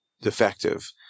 defective